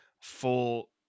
full